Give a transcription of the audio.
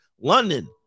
London